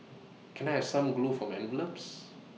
can I have some glue for my envelopes